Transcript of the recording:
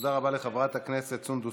תודה רבה לחברת הכנסת סונדס